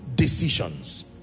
decisions